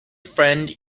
friend